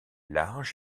large